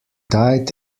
died